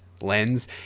lens